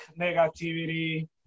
negativity